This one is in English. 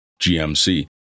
GMC